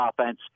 offense